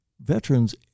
veterans